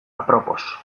apropos